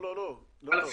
לא, לא, לא.